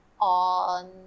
on